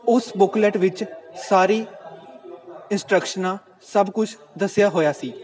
ਉਸ ਬੁੱਕਲੈਟ ਵਿੱਚ ਸਾਰੀ ਇੰਸਟਰਕਸ਼ਨਾਂ ਸਭ ਕੁਛ ਦੱਸਿਆ ਹੋਇਆ ਸੀ